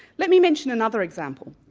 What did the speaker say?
let me mention another example.